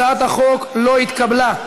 הצעת החוק לא התקבלה.